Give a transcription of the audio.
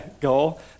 goal